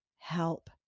help